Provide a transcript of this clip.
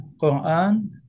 Qur'an